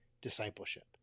discipleship